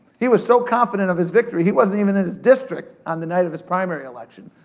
he was so confident of his victory he wasn't even in his district on the night of his primary election.